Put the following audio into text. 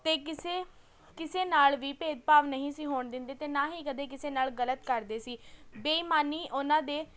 ਅਤੇ ਕਿਸੇ ਕਿਸੇ ਨਾਲ ਵੀ ਭੇਦਭਾਵ ਨਹੀਂ ਸੀ ਹੋਣ ਦਿੰਦੇ ਅਤੇ ਨਾ ਹੀ ਕਦੇ ਕਿਸੇ ਨਾਲ ਗਲਤ ਕਰਦੇ ਸੀ ਬੇਈਮਾਨੀ ਉਹਨਾਂ ਦੇ